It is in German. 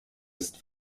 ist